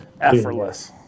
Effortless